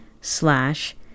slash